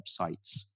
websites